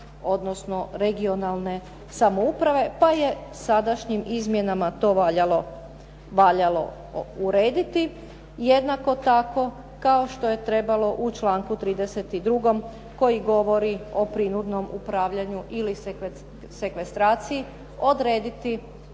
odnosno regionalne samouprave pa je sadašnjim izmjenama to valjalo urediti. Jednako tako kao što je trebalo u članku 32. koji govori o prinudnom upravljanju ili sekvestraciji odrediti